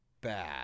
bad